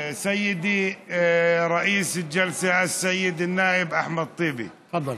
(אומר בערבית: אדוני יושב-ראש הישיבה חבר הכנסת אחמד טיבי,) תפדל.